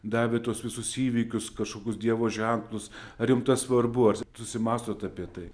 davė tuos visus įvykius kažkokius dievo ženklus ar jum tai svarbu ar susimąstot apie tai